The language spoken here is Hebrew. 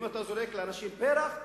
אם אתה זורק לאנשים פרח,